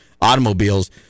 automobiles